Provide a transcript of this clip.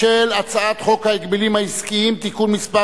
של הצעת חוק ההגבלים העסקיים (תיקון מס'